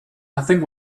nothing